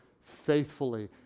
faithfully